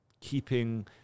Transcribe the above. keeping